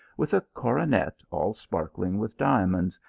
with a coronet all sparkling with diamonds,